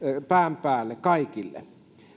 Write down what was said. pään päälle kaikille